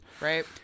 Right